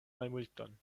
malmulton